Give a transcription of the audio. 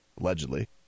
allegedly